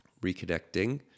reconnecting